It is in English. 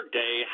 day